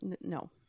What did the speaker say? no